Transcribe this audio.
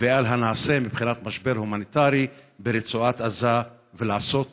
ועל הנעשה מבחינת המשבר ההומניטרי ברצועת עזה ולעשות מעשה,